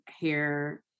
hair